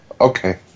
okay